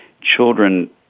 children